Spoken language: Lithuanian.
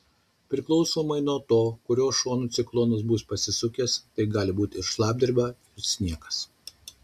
priklausomai nuo to kuriuo šonu ciklonas bus pasisukęs tai gali būti ir šlapdriba ir sniegas